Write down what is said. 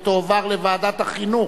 לדיון מוקדם בוועדת החינוך,